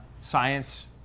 science